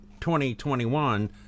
2021